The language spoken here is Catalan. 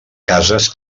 cases